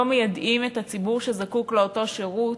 לא מיידעים את הציבור שזקוק לאותו שירות,